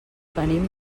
venim